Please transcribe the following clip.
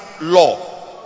law